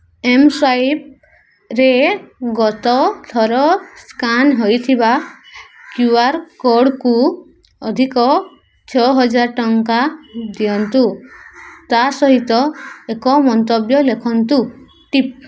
ଏମ୍ସ୍ୱାଇପ୍ରେ ଗତଥର ସ୍କାନ୍ ହୋଇଥିବା Q R କୋର୍ଡ଼୍କୁ ଅଧିକ ଛଅହଜାର ଟଙ୍କା ଦିଅନ୍ତୁ ତା ସହିତ ଏକ ମନ୍ତବ୍ୟ ଲେଖନ୍ତୁ ଟିପ୍